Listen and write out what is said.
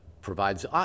provides